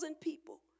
people